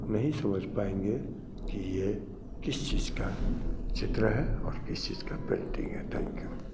नहीं समझ पाएँगे कि ये किस चीज़ का चित्र है और किस चीज़ की पेंटिंग है थैंक यू